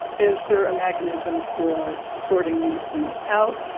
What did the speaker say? is there a mechanism for sorting these things out?